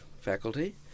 faculty